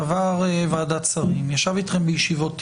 עבר ועדת שרים, ישב איתכם בישיבות תיאום.